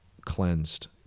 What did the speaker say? cleansed